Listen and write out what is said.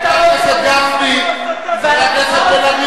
חבר הכנסת גפני.